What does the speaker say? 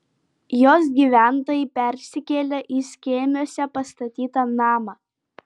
jos gyventojai persikėlė į skėmiuose pastatytą namą